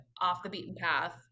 off-the-beaten-path